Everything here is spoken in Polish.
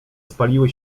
spaliły